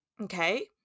Okay